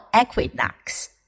equinox